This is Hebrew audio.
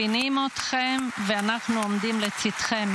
אנחנו מבינים אתכם ואנחנו עומדים לצידכם,